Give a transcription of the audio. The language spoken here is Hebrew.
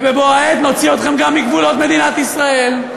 ובבוא העת נוציא אתכם גם מגבולות מדינת ישראל.